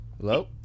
Hello